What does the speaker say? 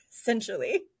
essentially